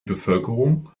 bevölkerung